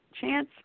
chance